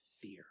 fear